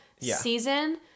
season